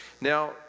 Now